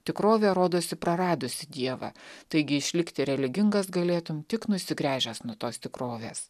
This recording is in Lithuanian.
tikrovė rodosi praradusi dievą taigi išlikti religingas galėtum tik nusigręžęs nuo tos tikrovės